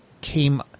came